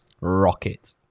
rocket